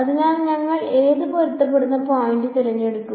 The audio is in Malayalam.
അതിനാൽ ഞങ്ങൾ ഏത് പൊരുത്തപ്പെടുന്ന പോയിന്റുകൾ തിരഞ്ഞെടുക്കും